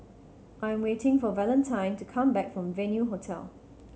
I am waiting for Valentine to come back from Venue Hotel